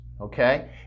okay